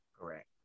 correct